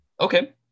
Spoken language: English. Okay